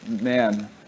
man